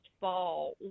fall